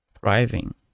thriving